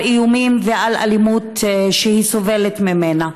על איומים ועל אלימות שהיא סובלת ממנה.